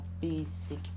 basic